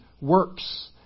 works